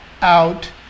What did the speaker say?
out